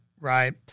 Right